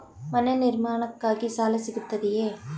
ಮನೆ ನಿರ್ಮಾಣಕ್ಕೆ ಸಾಲ ಸಿಗುತ್ತದೆಯೇ?